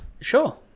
Sure